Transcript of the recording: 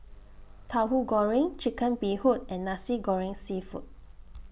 Tauhu Goreng Chicken Bee Hoon and Nasi Goreng Seafood